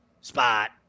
spot